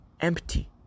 empty